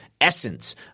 essence